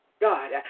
God